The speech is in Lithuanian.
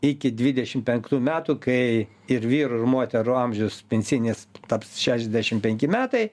iki dvidešim penktų metų kai ir vyrų ir moterų amžius pensinis taps šešiasdešim penki metai